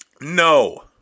No